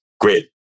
Great